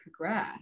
progress